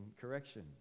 correction